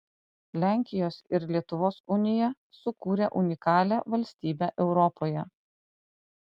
lenkijos ir lietuvos unija sukūrė unikalią valstybę europoje